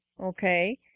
okay